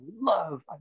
love